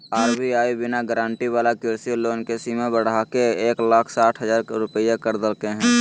RBI बिना guarantee वाला कृषि लोन के सीमा बढ़ाके एक लाख साठ हजार रुपया कर देलके हें